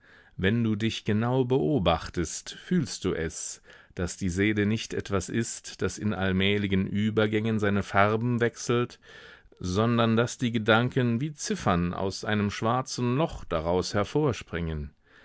wenn du dich genau beobachtest fühlst du es daß die seele nicht etwas ist das in allmähligen übergängen seine farben wechselt sondern daß die gedanken wie ziffern aus einem schwarzen loch daraus hervorspringen